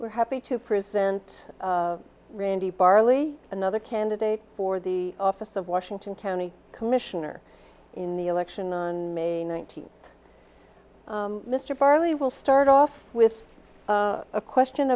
we're happy to present randy barley another candidate for the office of washington county commissioner in the election on may ninth mr farley will start off with a question